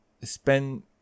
spend